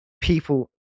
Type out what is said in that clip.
People